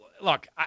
look